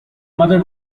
mother